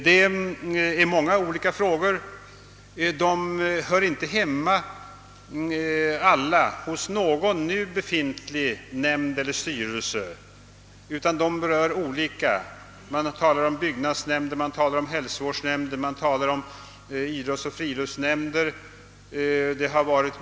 Det är många olika frågor som inte hamnar under någon nu befintlig nämnd eller styrelse utan berör olika sådana, t.ex. byggnadsnämnd, hälsovårdsnämnd, idrottsoch = friluftsnämnd.